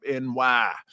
NY